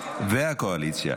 והקואליציה.